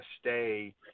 stay –